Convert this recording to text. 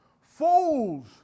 Fools